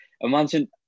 imagine